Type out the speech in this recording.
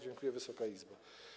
Dziękuję, Wysoka Izbo.